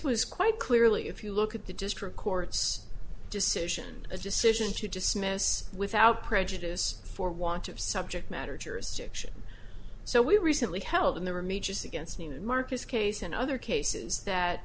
was quite clearly if you look at the district court's decision a decision to dismiss without prejudice for want of subject matter jurisdiction so we recently held in the or me just against me marcus case and other cases that